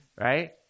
Right